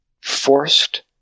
forced